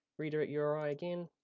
redirect uri again.